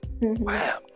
Wow